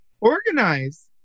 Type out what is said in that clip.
Organize